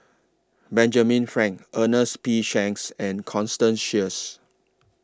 Benjamin Frank Ernest P Shanks and Constance Sheares